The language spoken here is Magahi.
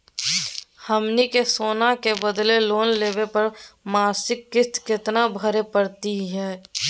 हमनी के सोना के बदले लोन लेवे पर मासिक किस्त केतना भरै परतही हे?